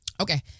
Okay